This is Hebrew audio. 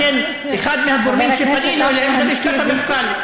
לכן, אחד מהגורמים שפנינו אליהם זה לשכת המפכ"ל.